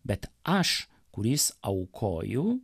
bet aš kuris aukoju